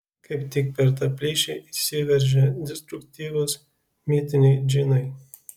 kaip tik per tą plyšį įsiveržia destruktyvūs mitiniai džinai